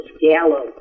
gallows